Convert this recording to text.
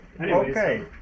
Okay